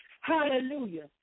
Hallelujah